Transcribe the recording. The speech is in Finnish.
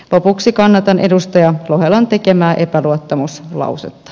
lopuksi kannatan edustaja lohelan tekemää epäluottamuslausetta